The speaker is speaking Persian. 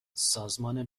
سازمان